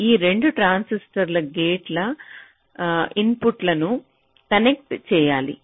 ఈ 2 ట్రాన్సిస్టర్ల గేట్లకు ఇన్పుట్లను కనెక్ట్ చేయాలి